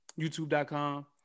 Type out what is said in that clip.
YouTube.com